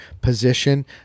position